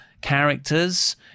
characters